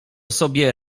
sobie